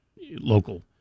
local